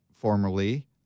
formerly